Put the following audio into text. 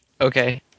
Okay